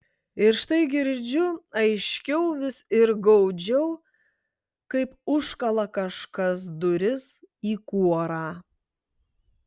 ir štai girdžiu aiškiau vis ir gaudžiau kaip užkala kažkas duris į kuorą